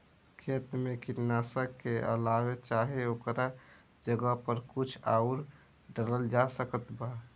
खेत मे कीटनाशक के अलावे चाहे ओकरा जगह पर कुछ आउर डालल जा सकत बा?